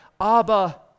Abba